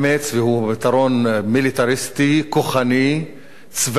והוא פתרון מיליטריסטי, כוחני, צבאי,